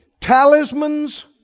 talismans